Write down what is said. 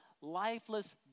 lifeless